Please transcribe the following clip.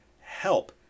help